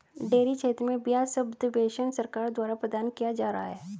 dairy क्षेत्र में ब्याज सब्वेंशन सरकार द्वारा प्रदान किया जा रहा है